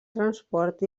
transport